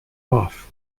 off